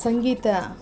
ಸಂಗೀತ